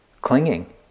clinging